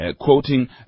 Quoting